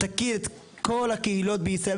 תכיר את כל הקהילות בישראל,